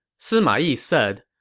sima yi said,